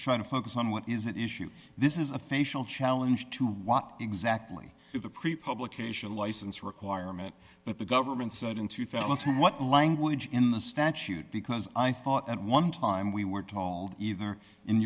try to focus on what is it issue this is a facial challenge to what exactly the pre publication license requirement that the government said in two thousand and two what language in the statute because i thought at one time we were told either